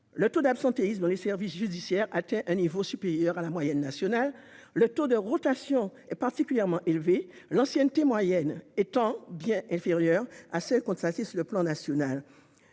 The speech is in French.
Le taux d'absentéisme dans les services judiciaires atteint un niveau supérieur à la moyenne nationale, le taux de rotation est particulièrement élevé et l'ancienneté moyenne est bien inférieure à celle que l'on constate à l'échelle nationale.